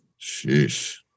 Sheesh